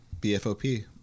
BFOP